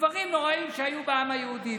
דברים נוראיים שהיו בעם היהודי,